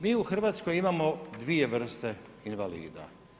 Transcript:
Mi u Hrvatskoj imamo dvije vrste invalida.